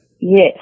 Yes